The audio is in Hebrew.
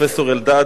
פרופסור אלדד,